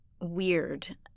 weird